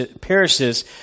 perishes